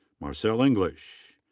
marcelle english.